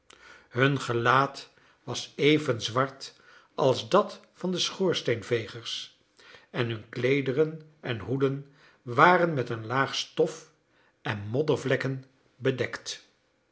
hun gelaat was even zwart als dat van de schoorsteenvegers en hun kleederen en hoeden waren met een laag stof en moddervlekken bedekt